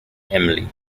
emily